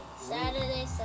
Saturday